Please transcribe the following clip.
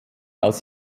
als